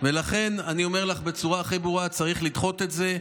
ולכן אני אומר לך בצורה הכי ברורה: צריך לדחות את זה.